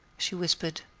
she whispered,